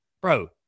bro